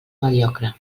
mediocre